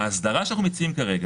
בהסדרה שאנחנו מציעים כרגע,